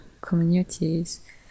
communities